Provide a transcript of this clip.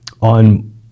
On